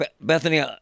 Bethany